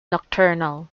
nocturnal